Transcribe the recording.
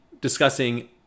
discussing